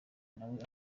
nawe